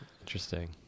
Interesting